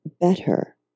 better